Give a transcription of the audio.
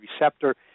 receptor